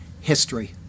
history